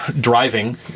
driving